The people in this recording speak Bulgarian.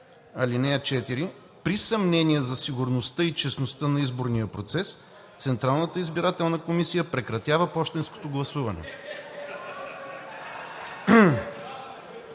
ал. 4: „При съмнение за сигурността и честността на изборния процес, Централната избирателна комисия прекратяван пощенското гласуване“.